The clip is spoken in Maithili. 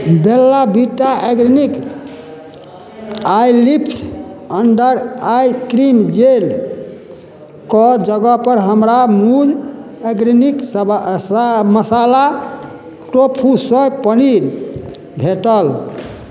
बेल्ला Vita organic eyelift under eye cream जेलके जगहपर हमरा मूल organic masala tofu soy paneer भेटल